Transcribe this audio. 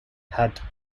had